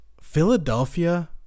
Philadelphia